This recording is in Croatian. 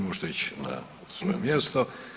Možete ići na svoje mjesto.